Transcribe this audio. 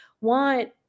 want